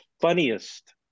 funniest